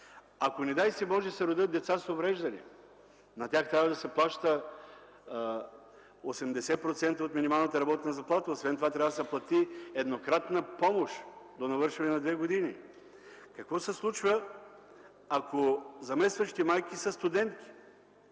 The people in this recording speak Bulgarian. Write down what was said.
Ако, не дай си, Боже, се родят деца с увреждания, на тях трябва да се плаща 80% от минималната работна заплата, освен това трябва да се плати еднократна помощ до навършване на две години. Какво се случва, ако заместващите майки са студентки?